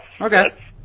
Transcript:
Okay